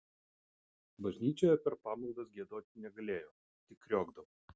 bažnyčioje per pamaldas giedoti negalėjo tik kriokdavo